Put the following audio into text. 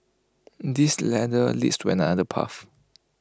this ladder leads to another path